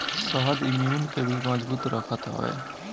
शहद इम्यून के भी मजबूत रखत हवे